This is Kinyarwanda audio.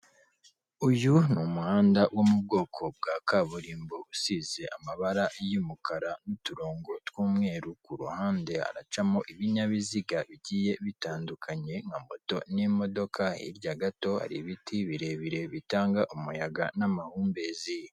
Uyu ni umuhanda wo mu bwoko bwa kaburimbo usize amabara y'umukara n'uturongo tw'umweru, ku ruhande haracamo ibinyabiziga bigiye bitandukanye nka moto n'imodoka, hirya gato hari ibiti birebire bitanga umuyaga n'amahumbezi.